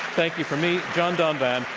thank you from me, john donvan,